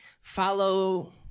follow